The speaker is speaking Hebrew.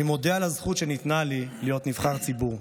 אני מודה על הזכות שניתנה לי להיות נבחר ציבור,